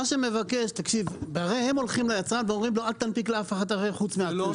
הרי הם הולכים ליצרן ואומרים לו שלא ינפיק לאף אחד חוץ מהם.